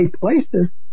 places